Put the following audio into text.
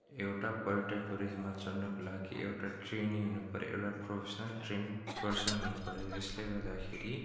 एउटा पर्यटकहरू हिमाल चढ्नको लागि एउटा ट्रेनी हुनु पऱ्यो एउटा प्रोफेसनल ट्रेन्ड पर्सन हुनुपऱ्यो यसले गर्दाखेरि